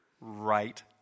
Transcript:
right